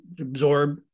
absorb